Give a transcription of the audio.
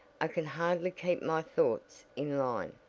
i can hardly keep my thoughts in line.